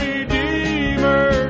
Redeemer